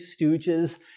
Stooges